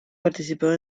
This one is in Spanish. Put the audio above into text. participado